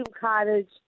cottage